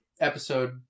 episode